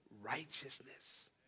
righteousness